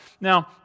Now